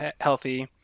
healthy